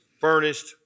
furnished